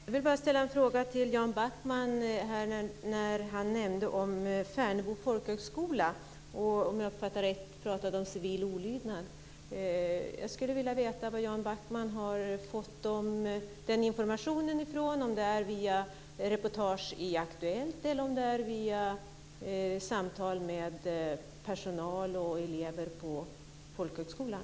Herr talman! Jag vill bara ställa en fråga till Jan Backman. Han nämnde Färnebo folkhögskola. Om jag uppfattade det rätt talade han om civil olydnad. Jag skulle vilja veta var Jan Backman fått den informationen ifrån. Är det via reportage i Aktuellt, eller är det via samtal med personal och elever på folkhögskolan?